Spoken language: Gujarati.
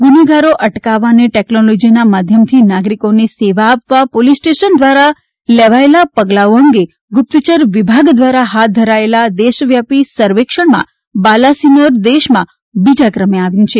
ગુનેગારો અટકાવવા અને ટેકનોલોજીના માધ્યમથી નાગરિકોને સેવા આપવા પોલીસ સ્ટેશન દ્વારા લેવાયેલા પગલાઓ અંગે ગુપ્તચર વિભાગ દ્વારા હાથ ધરાયેલા દેશવ્યાપી સર્વેક્ષણમાં બાલાસિનોર દેશમાં બીજા ક્રમે આવ્યું છે